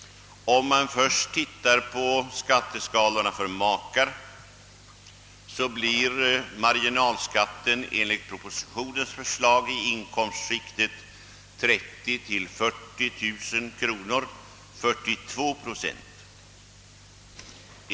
Om man först tittar på skatteskalorna för makar, finner man att marginalskatten enligt propositionens förslag i inkomstskiktet 30 000 till 40 000 kronor blir 42 procent.